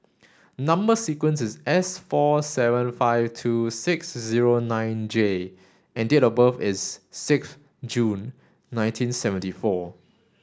number sequence is S four seven five two six zero nine J and date of birth is six June nineteen seventy four